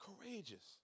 Courageous